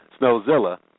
Snowzilla